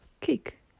kick